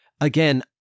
Again